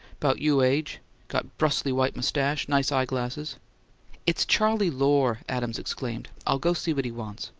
bout you age got brustly white moustache, nice eye-glasses it's charley lohr! adams exclaimed. i'll go see what he wants.